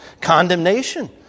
condemnation